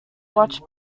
watch